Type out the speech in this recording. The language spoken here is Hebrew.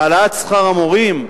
העלאת שכר המורים.